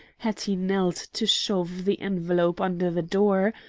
had he knelt to shove the envelope under the door,